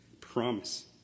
promise